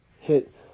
hit